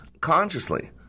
consciously